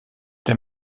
der